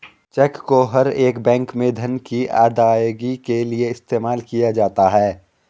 check को हर एक बैंक में धन की अदायगी के लिये इस्तेमाल किया जाता है